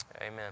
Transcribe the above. Amen